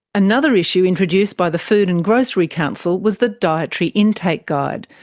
another issue introduced by the food and grocery council was the dietary intake guide,